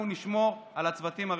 אנחנו נשמור על הצוותים הרפואיים.